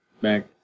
back